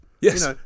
Yes